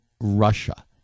Russia